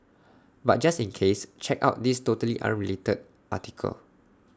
but just in case check out this totally unrelated article